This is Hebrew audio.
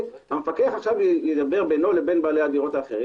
המפקח ידבר בינו לבין בעלי הדירות האחרים